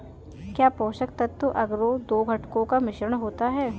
क्या पोषक तत्व अगरो दो घटकों का मिश्रण होता है?